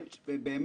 אני באמת